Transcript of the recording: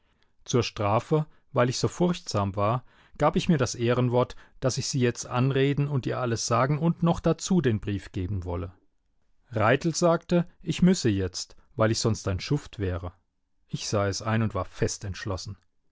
zur strafe weil ich so furchtsam war gab ich mir das ehrenwort daß ich sie jetzt anreden und ihr alles sagen und noch dazu den brief geben wolle raithel sagte ich müsse jetzt weil ich sonst ein schuft wäre ich sah es ein und war fest entschlossen